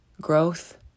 growth